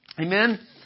Amen